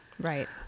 Right